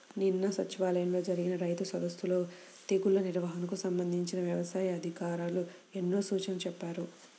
నిన్న సచివాలయంలో జరిగిన రైతు సదస్సులో తెగుల్ల నిర్వహణకు సంబంధించి యవసాయ అధికారులు ఎన్నో సూచనలు చేశారు